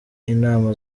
inama